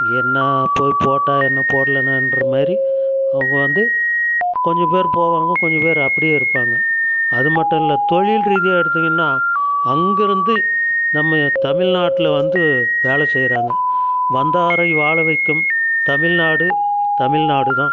என்ன போய் போட்டால் என்ன போட்லனான்ற மாதிரி அவங்க வந்து கொஞ்சம் பேர் போவாங்க கொஞ்சம் பேர் அப்படியே இருப்பாங்க அது மட்டும் இல்லை தொழில் ரீதியா எடுத்திங்கன்னால் அங்கேருந்து நம்ம தமிழ்நாட்டில் வந்து வேலை செய்கிறாங்க வந்தாரை வாழவைக்கும் தமிழ்நாடு தமிழ்நாடு தான்